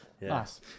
nice